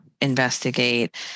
investigate